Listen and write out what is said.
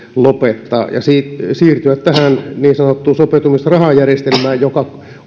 lopettaa ja siirtyä tähän niin sanottuun sopeutumisrahajärjestelmään joka